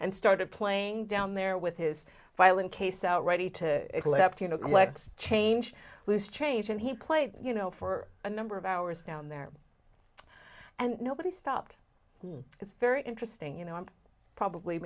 and started playing down there with his violin case out ready to lead up to you know complex change loose change and he played you know for a number of hours down there and nobody stopped it's very interesting you know i'm probably